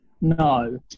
No